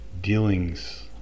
dealings